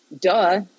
Duh